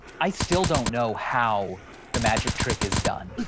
i still don't know how the magic trick is done.